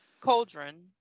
Cauldron